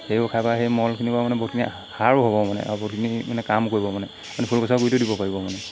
সেইবোৰ খাই পেলাই সেই মলখিনি মানে বহুতখিনি সাৰো হ'ব মানে আৰু বহুতখিনি মানে কামো কৰিব মানে মানে ফুল বছৰ গুৰিত দিব পাৰিব মানে